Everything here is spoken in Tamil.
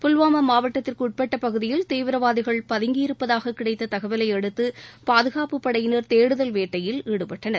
புல்வாமா மாவட்டத்திற்கு உட்பட்ட பகுதியில் தீவிரவாதிகள் பதங்கியிருப்பதாக கிடைத்த தகவலையடுத்து பாதுகாப்புப் படையினர் தேடுதல் வேட்டையில் ஈடுபட்டனர்